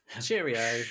Cheerio